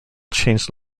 changed